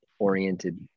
oriented